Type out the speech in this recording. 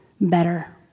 better